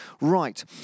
Right